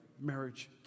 marriage